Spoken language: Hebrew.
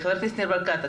חבר הכנסת ניר ברקת,